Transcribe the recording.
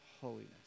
holiness